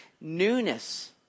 newness